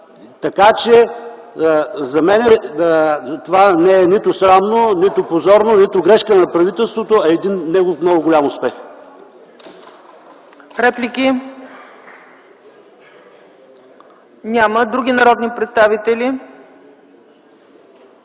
За мен това не е нито срамно, нито позорно, нито грешка на правителството, а един негов много голям успех.